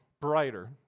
brighter